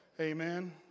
Amen